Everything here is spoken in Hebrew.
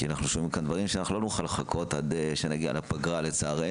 כי אנחנו שומעים כאן דברים שלא נוכל לחכות להם עד שנגיע לפגרה לצערנו.